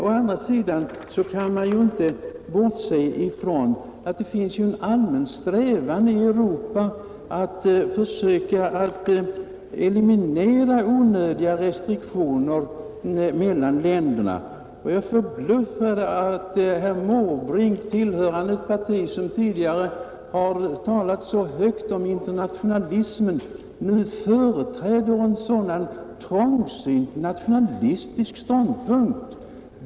Å andra sidan kan man inte bortse från att det finns en allmän strävan i Europa att försöka eliminera onödiga restriktioner mellan länderna. Jag är förbluffad över att herr Måbrink, tillhörande ett parti som tidigare har talat så högt om internationalismen, nu företräder en så trångsynt nationalistisk ståndpunkt.